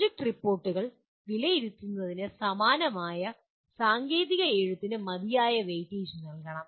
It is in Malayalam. പ്രോജക്റ്റ് റിപ്പോർട്ടുകൾ വിലയിരുത്തുന്നതിന് സമാനമായ സാങ്കേതിക എഴുത്തിന് മതിയായ വെയിറ്റേജ് നൽകണം